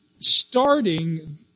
starting